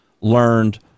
learned